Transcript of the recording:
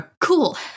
Cool